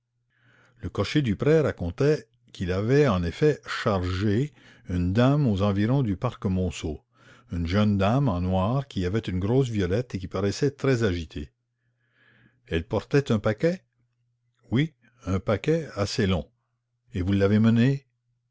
le cocher duprêt raconta qu'il avait en effet chargé une dame aux environs du parc monceau une jeune dame en noir qui avait une grosse voilette et qui paraissait très agitée elle portait un paquet oui un paquet assez long et vous l'avez menée